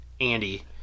Andy